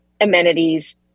amenities